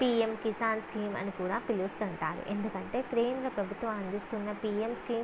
PM Kisan scheme అని కూడా పిలుస్తుంటారు ఎందుకంటే కేంద్ర ప్రభుత్వం అందిస్తున్న పీయం స్కీం